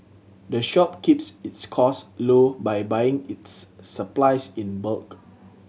the shop keeps its cost low by buying its supplies in bulk